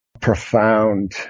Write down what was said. profound